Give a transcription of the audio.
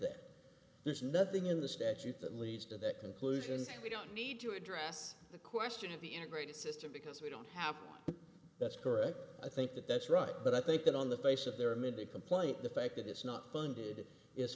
that there's nothing in the statute that leads to that conclusion so we don't need to address the question of the end greatest system because we don't have that's correct i think that that's right but i think that on the face of there may be complaint the fact that it's not funded is